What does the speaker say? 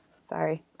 sorry